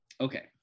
Okay